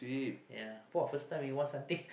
yeah uh first time we won something